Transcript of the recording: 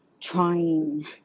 trying